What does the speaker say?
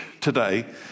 today